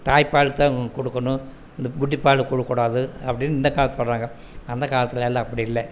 தாய்ப்பால்தான் கொடுக்குணும் இந்த புட்டி பால் கொடுக்ககூடாது அப்படினு இந்த காலத்தில் சொல்கிறாங்க அந்த காலத்தில் எல்லாம் அப்படி இல்லை